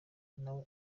nawe